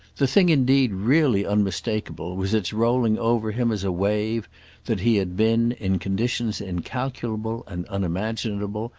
the thing indeed really unmistakeable was its rolling over him as a wave that he had been, in conditions incalculable and unimaginable,